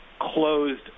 closed